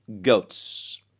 goats